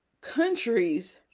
countries